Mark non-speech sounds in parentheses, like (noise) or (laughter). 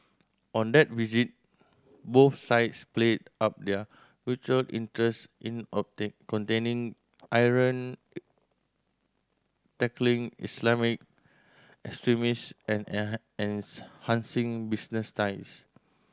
on that visit both sides played up their mutual interests in (unintelligible) containing Iran tackling Islamic extremists and (unintelligible) business ties